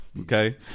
Okay